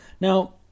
Now